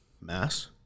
mass